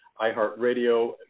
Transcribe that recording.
iHeartRadio